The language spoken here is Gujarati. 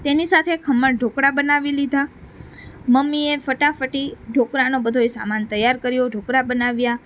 તેની સાથે ખમણ ઢોકળા બનાવી લીધાં મમ્મીએ ફટાફટ એ ઢોકળાનો બધોય સામાન તૈયાર કર્યો ઢોકળા બનાવ્યાં